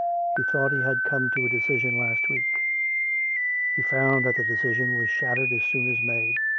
he thought he had come to a decision last week he found that the decision was shattered as soon as made.